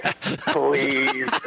Please